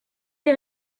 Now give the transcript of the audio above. des